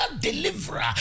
deliverer